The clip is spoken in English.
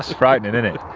frightening, isn't it?